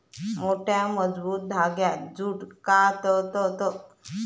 मोठ्या, मजबूत धांग्यांत जूट काततत